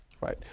Right